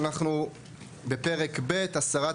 אנחנו בפרק ב׳: הסרת חסמים,